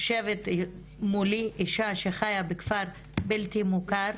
יושבת מולי אישה שחיה בכפר בלתי מוכר,